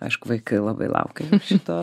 aišku vaikai labai laukia šito